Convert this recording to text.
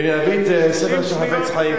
ואביא את הספר של "החפץ חיים",